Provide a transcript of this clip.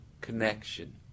connection